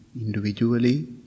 individually